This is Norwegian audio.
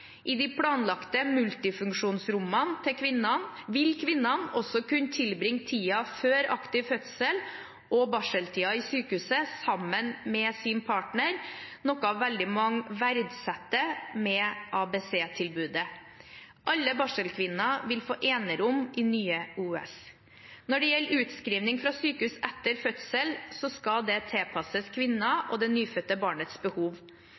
I de planlagte multifunksjonsrommene vil kvinnene også kunne tilbringe tiden før aktiv fødsel og barseltiden i sykehuset sammen med sin partner, noe veldig mange verdsetter ved ABC-tilbudet. Alle barselkvinner vil få enerom i Nye OUS. Når det gjelder utskriving fra sykehus etter fødsel, skal det tilpasses kvinnens og det nyfødte barnets behov.